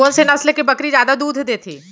कोन से नस्ल के बकरी जादा दूध देथे